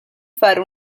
fare